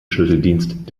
schlüsseldienst